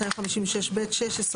256(ב)(16),